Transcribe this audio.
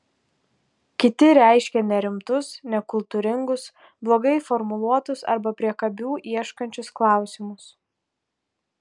kiti reiškė nerimtus nekultūringus blogai formuluotus arba priekabių ieškančius klausimus